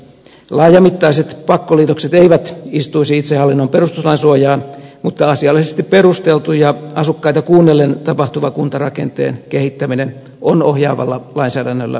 laajamittaiset pakkoliitokset eivät istuisi itsehallinnon perustuslain suojaan mutta asiallisesti perusteltu ja asukkaita kuunnellen tapahtuva kuntarakenteen kehittäminen on ohjaavalla lainsäädännöllä mahdollista